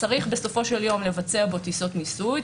צריך בסופו של יום לבצע בו טיסות ניסוי.